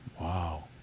Wow